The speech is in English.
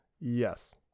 Yes